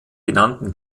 genannten